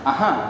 Aha